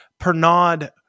pernod